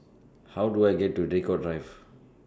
How Do I get to Draycott Drive